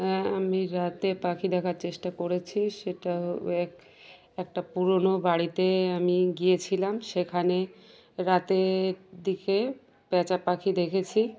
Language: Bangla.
হ্যাঁ আমি রাতে পাখি দেখার চেষ্টা করেছি সেটা এক একটা পুরোনো বাড়িতে আমি গিয়েছিলাম সেখানে রাতের দিকে পেঁচা পাখি দেখেছি